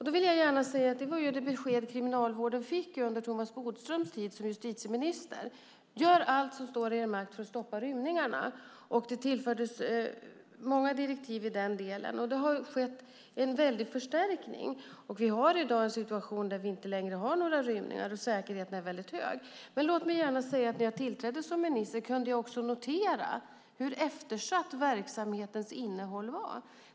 Det besked som Kriminalvården fick under Thomas Bodströms tid som justitieminister var: Gör allt som står i er makt för att stoppa rymningarna. Det tillfördes många direktiv i den delen. Det har skett en stor förstärkning, och i dag har vi en situation där vi inte längre har några rymningar, och säkerheten är hög. Låt mig säga att när jag tillträdde som minister kunde jag notera hur eftersatt verksamhetens innehåll var.